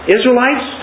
Israelites